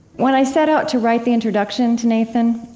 when i set out to write the introduction to nathan,